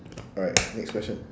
alright next question